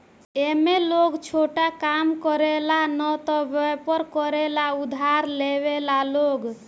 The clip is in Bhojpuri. ए में लोग छोटा काम करे ला न त वयपर करे ला उधार लेवेला लोग